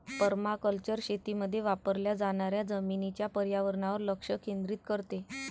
permaculture शेतीमध्ये वापरल्या जाणाऱ्या जमिनीच्या पर्यावरणावर लक्ष केंद्रित करते